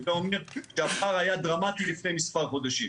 וזה אומר שהפער היה דרמטי לפני מספר חודשים.